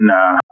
Nah